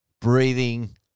breathing